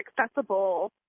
accessible